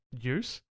use